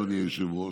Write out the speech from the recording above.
אדוני היושב-ראש,